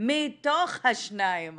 מתוך ה-2%.